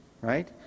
right